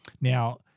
Now